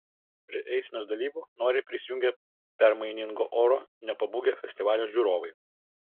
prie eisenos dalyvių noriai prisijungė permainingo oro nepabūgę festivalio žiūrovai